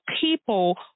people